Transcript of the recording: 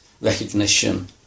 recognition